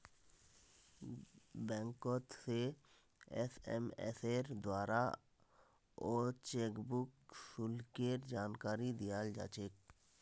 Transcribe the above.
बैंकोत से एसएमएसेर द्वाराओ चेकबुक शुल्केर जानकारी दयाल जा छेक